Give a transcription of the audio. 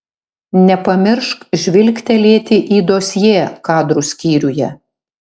nepamiršk žvilgtelėti į dosjė kadrų skyriuje